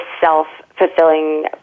self-fulfilling